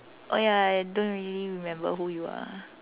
oh ya ya don't really remember who you are